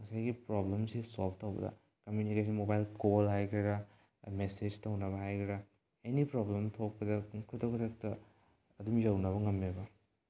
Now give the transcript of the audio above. ꯉꯁꯥꯏꯒꯤ ꯄ꯭ꯔꯣꯕ꯭ꯂꯦꯝꯁꯦ ꯁꯣꯜꯞ ꯇꯧꯕꯗ ꯀꯃꯨꯅꯤꯀꯦꯁꯟ ꯃꯣꯕꯥꯏꯜ ꯀꯣꯜ ꯍꯥꯏꯒꯦꯔꯥ ꯃꯦꯁꯦꯖ ꯇꯧꯅꯕ ꯍꯥꯏꯒꯦꯔꯥ ꯑꯦꯅꯤ ꯄ꯭ꯔꯣꯕ꯭ꯂꯦꯝ ꯑꯃ ꯊꯣꯛꯄꯗ ꯑꯗꯨꯝ ꯈꯨꯗꯛ ꯈꯨꯗꯛꯇ ꯑꯗꯨꯝ ꯌꯧꯅꯕ ꯉꯝꯃꯦꯕ